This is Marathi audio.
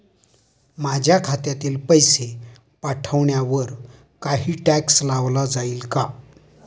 माझ्या खात्यातील पैसे पाठवण्यावर काही टॅक्स लावला जाईल का?